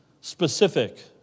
Specific